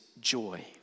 joy